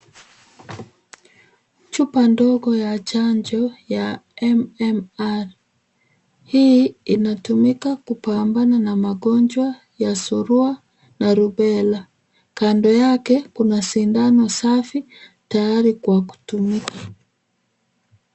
Chupa ndogo ya chanjo ya MMR, hii inatumika kupambana na magonjwa ya surua na rubela, kando yake kuna sindano safi tayari kwa kutumika.